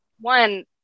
one